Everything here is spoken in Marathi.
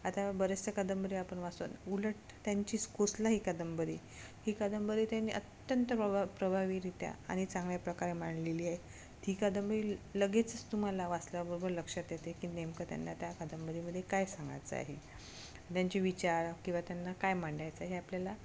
आता बऱ्याचशा कादंबऱ्या आपण वाचतो न उलट त्यांचीच कोसला ही कादंबरी ही कादंबरी त्यांनी अत्यंत प्रवा प्रभावीरित्या आणि चांगल्या प्रकारे मांडलेली आहे ही कादंबरी लगेचच तुम्हाला वाचल्याबरोबर लक्षात येते की नेमकं त्यांना त्या कादंबरीमध्ये काय सांगायचं आहे त्यांची विचार किंवा त्यांना काय मांडायचं हे आपल्याला